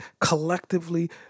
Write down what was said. collectively